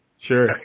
Sure